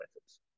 methods